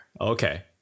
Okay